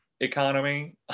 economy